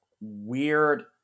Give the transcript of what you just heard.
weird